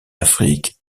afrique